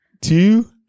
Two